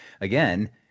again